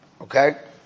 Okay